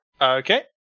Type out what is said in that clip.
Okay